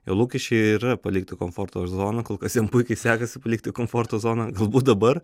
jo lūkesčiai yra palikti komforto zoną kol kas jam puikiai sekasi palikti komforto zoną galbūt dabar